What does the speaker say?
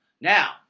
Now